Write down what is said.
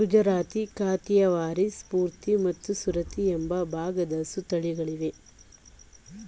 ಗುಜರಾತಿ, ಕಾಥಿಯವಾರಿ, ಸೂರ್ತಿ ಮತ್ತು ಸುರತಿ ಎಂಬ ಭಾರದ ಹಸು ತಳಿಗಳಿವೆ